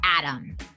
Adam